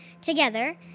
together